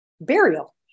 burial